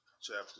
chapter